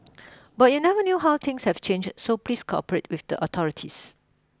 but you never knew how things have changed so please cooperate with the authorities